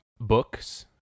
books